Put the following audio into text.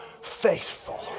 faithful